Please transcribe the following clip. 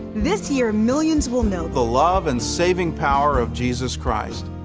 this year millions will know. the love and saving power of jesus christ.